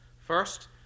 first